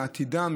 מעתידם,